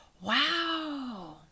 Wow